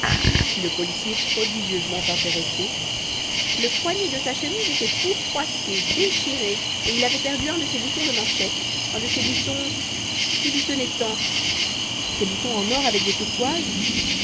fit le policier prodigieusement intéressé le poignet de sa chemise était tout froissé déchiré et il avait perdu un de ses boutons de manchettes un de ses boutons qu'il y tenait tant ses boutons en or avec des turquoises